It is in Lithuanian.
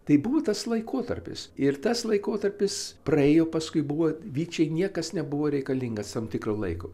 tai buvo tas laikotarpis ir tas laikotarpis praėjo paskui buvo vyčiai niekas nebuvo reikalingas tam tikro laiko